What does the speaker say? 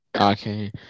Okay